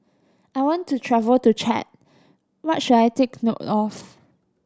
I want to travel to Chad what should I take note of